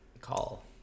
call